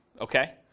okay